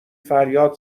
فریاد